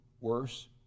worse